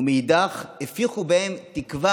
ומאידך גיסא